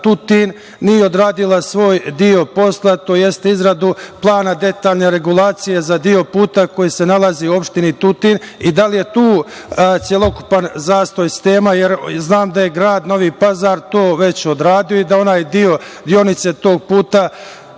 Tutin nije odradila svoj deo posla, tj. izradu plana detaljne regulacije za deo puta koji se nalazi u opštini Tutin i da li je tu celokupan zastoj sistema? Jer, znam da je grad Novi Pazar to već odradio i da onaj deo deonice tog puta